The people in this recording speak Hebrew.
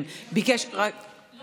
זה